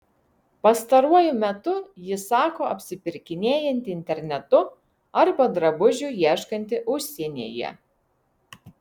pastaruoju metu ji sako apsipirkinėjanti internetu arba drabužių ieškanti užsienyje